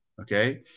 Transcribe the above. Okay